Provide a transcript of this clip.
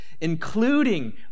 including